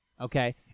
Okay